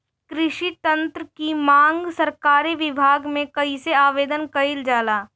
कृषि यत्र की मांग सरकरी विभाग में कइसे आवेदन कइल जाला?